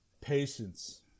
Patience